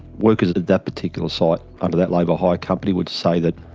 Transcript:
workers at that particular site under that labour hire company would say that